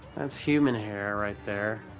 that's human hair right there.